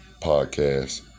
podcast